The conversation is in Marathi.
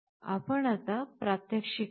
आपण आता प्रात्यक्षिक पाहू